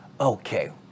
Okay